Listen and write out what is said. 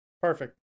Perfect